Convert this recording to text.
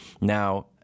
Now